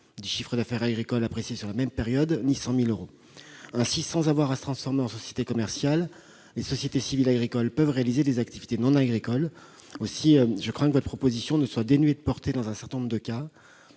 du chiffre d'affaires agricole apprécié sur la même période, ni 100 000 euros. Sans avoir à se transformer en société commerciale, les sociétés civiles agricoles peuvent réaliser des activités non agricoles. Aussi, je crains que votre proposition ne soit dénuée de portée dans un certain nombre de cas.